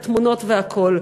התמונות והכול.